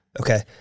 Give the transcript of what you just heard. okay